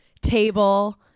table